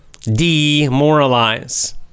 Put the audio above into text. Demoralize